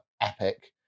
epic